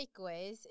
takeaways